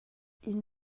inn